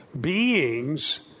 beings